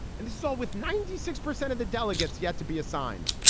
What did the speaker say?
and this is all with ninety six percent of the delegates yet to be assigned.